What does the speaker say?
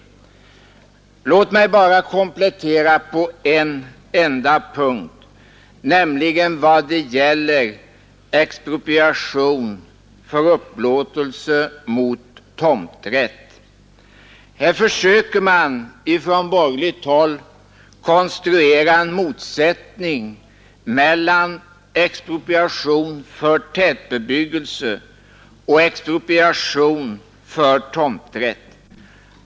Låt mig bara komplettera på en enda punkt, nämligen vad gäller expropriation för upplåtelse mot tomträtt. Här försöker man från borgerligt håll konstruera en motsättning mellan expropriation för tätbebyggelse och expropriation för tomträtt.